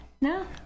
No